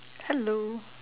hello